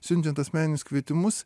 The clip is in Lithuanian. siunčiant asmeninius kvietimus